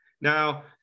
Now